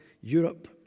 Europe